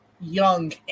young